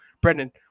Brendan